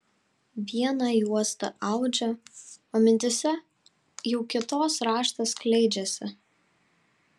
vieną juostą audžia o mintyse jau kitos raštas skleidžiasi